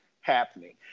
happening